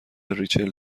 ریچل